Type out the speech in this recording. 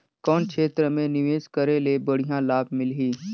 कौन क्षेत्र मे निवेश करे ले बढ़िया लाभ मिलही?